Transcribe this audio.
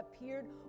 appeared